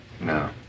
No